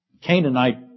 Canaanite